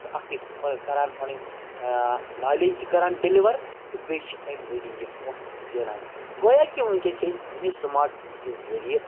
چھُ اَکھ یہِ کَران پَنٕنۍ نالیج تہِ کَران ڈیٚلِوَر تہٕ بیٚیہِ چھِ اَمہِ ذٔریعہٕ یہِ پونٛسہٕ تہِ زینان گویا کہِ وٕنکیٚس چھِ أسۍ پنٛنِس سماٹ فون کہِ ذٔریعہِ